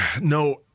no